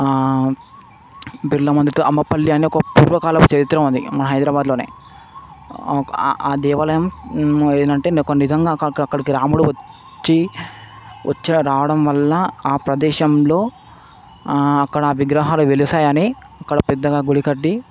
బిర్లామందిర్ అమ్మపల్లి అనే ఒక పూర్వకాలపు చరిత్ర ఉంది మా హైదరాబాద్లోనే దేవాలయము ఏందంటే కొన్ని నిజంగా అక్క క్క అక్కడికి రాముడు వచ్చి వచ్చిన రావడం వల్ల ప్రదేశంలో అక్కడ విగ్రహాలు వెలిసాయని అక్కడ పెద్దగా గుడి కట్టి